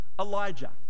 Elijah